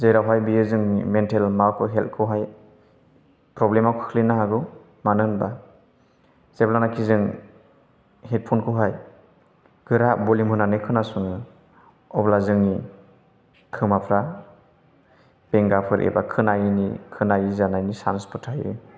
जेरावहाय बियो जोंनि मेन्टेल माबाखौ हेल्थ खौहाय प्रब्लेमाव खोख्लैनो हागौ मानो होनोब्ला जेब्लानोखि जों हेदफ'न खौहाय गोरा भलिउम होनानैहाय खोनासङो अब्ला जोंनि खोमाफोरा बेंगाफोर एबा खोनायि जानायनि सान्स फोर थायो